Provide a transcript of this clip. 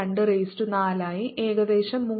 2 raise to 4 ആയി ഏകദേശം 3